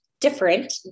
different